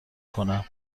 کنم